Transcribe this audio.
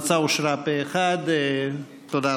הצעת הוועדה המסדרת בדבר